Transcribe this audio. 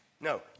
No